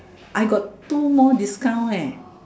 I got two more discount yeah